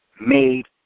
made